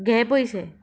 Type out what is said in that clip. घे पयशे